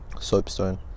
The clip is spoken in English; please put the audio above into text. Soapstone